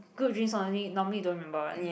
good dreams only normally don't remember one